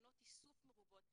תחנות איסוף מרובות.